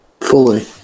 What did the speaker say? Fully